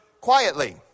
quietly